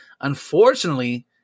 unfortunately